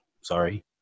sorry